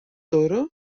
toro